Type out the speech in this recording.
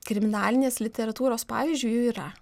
kriminalinės literatūros pavyzdžiu jų yra